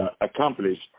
accomplished